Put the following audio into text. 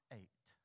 eight